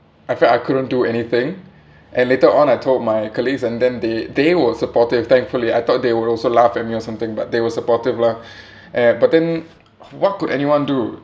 I felt I couldn't do anything and later on I told my colleagues and then they they were supportive thankfully I thought they would also laugh at me or something but they were supportive lah eh but then what could anyone do